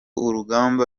urugamba